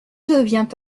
devient